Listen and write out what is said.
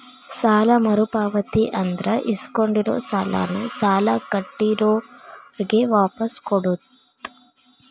ಸಾಲ ಮರುಪಾವತಿ ಅಂದ್ರ ಇಸ್ಕೊಂಡಿರೋ ಸಾಲಾನ ಸಾಲ ಕೊಟ್ಟಿರೋರ್ಗೆ ವಾಪಾಸ್ ಕೊಡೋದ್